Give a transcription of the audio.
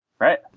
Right